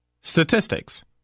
statistics